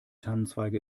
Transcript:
tannenzweige